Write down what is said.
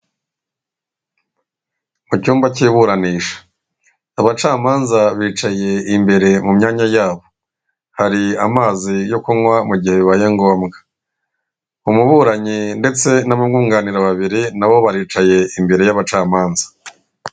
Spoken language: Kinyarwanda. Mu cyumba cy'iburanisha, abacamanza bicaye imbere mu myanya yabo hari amazi yo kunywa mu gihe bibaye ngombwa, umuburanyi ndetse n'abamwunganira babiri nabo baricaye imbere y'abacamanza.